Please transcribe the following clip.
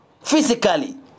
physically